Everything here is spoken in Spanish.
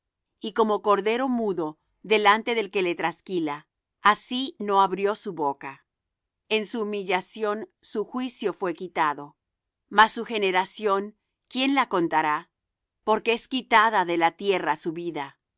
y como cordero mudo delante del que le trasquila así no abrió su boca en su humillación su juicio fué quitado mas su generación quién la contará porque es quitada de la tierra su vida